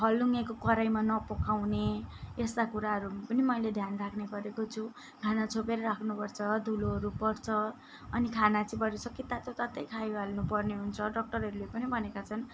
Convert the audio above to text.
हलुङ्गेको कराइमा नपकाउने यस्ता कुराहरू पनि मैले ध्यान राख्ने गरेको छु खाना छोपेर राख्नुपर्छ धुलोहरू पर्छ अनि खाना चाहिँ बरू सके तातो तातै खाइहाल्नुपर्ने हुन्छ डक्टरहरूले पनि भनेका छन्